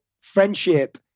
friendship